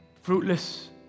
Fruitless